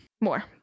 More